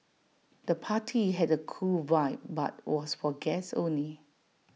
the party had A cool vibe but was for guests only